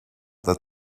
that